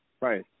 Right